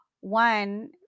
one